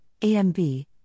AMB